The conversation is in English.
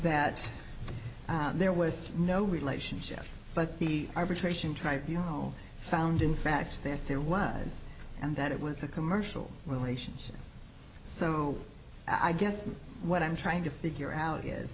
that there was no relationship but the arbitration tried your home found in fact that there was and that it was a commercial relationship so i guess what i'm trying to figure out is